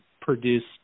produced